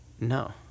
No